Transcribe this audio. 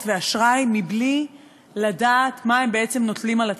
ואשראי מבלי לדעת מה הם בעצם נוטלים על עצמם.